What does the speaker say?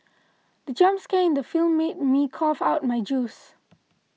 the jump scare in the film made me cough out my juice